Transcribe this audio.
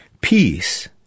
Peace